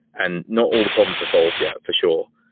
and not all the problems are solved yet, for sure.